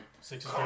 Six